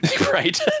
Right